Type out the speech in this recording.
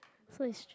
so it's strange